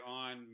on